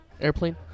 Airplane